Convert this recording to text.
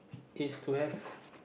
is to have